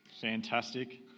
Fantastic